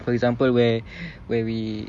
for example where where we